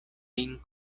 lin